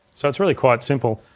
so it's really quite simple,